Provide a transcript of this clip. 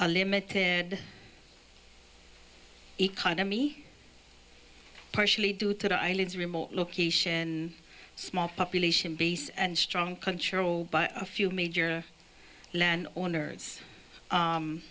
a limited economy partially due to the island's remote location small population base and strong control by a few major land owners